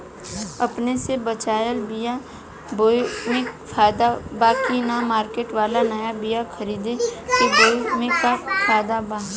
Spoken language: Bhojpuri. अपने से बचवाल बीया बोये मे फायदा बा की मार्केट वाला नया बीया खरीद के बोये मे फायदा बा?